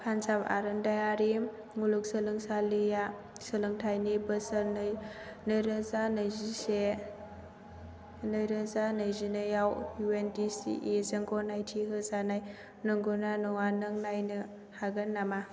पान्जाब आरोंदायारि मुलुगसोलोंसालिआ सोलोंथायनि बोसोरनै नैरोजा नैजिसे नैरोजा नैजिनै आव A I C T E जों गनायथि होजानाय नंगौना नङा नों नायनो हागोन नामा